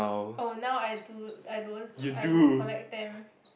oh now I do I don't I don't collect them